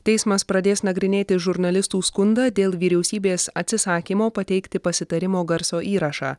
teismas pradės nagrinėti žurnalistų skundą dėl vyriausybės atsisakymo pateikti pasitarimo garso įrašą